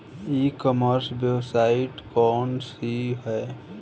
ई commerce website कौन सी है?